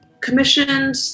commissioned